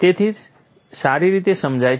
તે સારી રીતે સમજાય છે